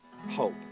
hope